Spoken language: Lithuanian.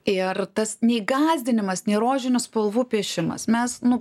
ir tas nei gąsdinimas nėra rožinių spalvų piešimas mes nu